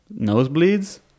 nosebleeds